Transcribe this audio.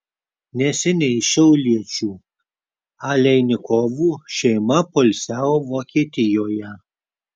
neseniai šiauliečių aleinikovų šeima poilsiavo vokietijoje